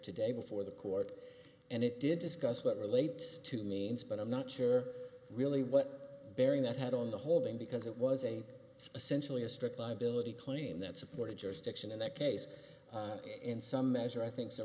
today before the court and it did discuss what relates to means but i'm not sure really what bearing that had on the holding because it was a centrally a strict liability claim that supported jurisdiction in that case in some measure i think